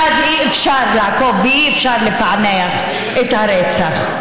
ואז אי-אפשר לעקוב ואי-אפשר לפענח את הרצח.